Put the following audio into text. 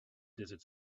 desert